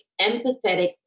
empathetic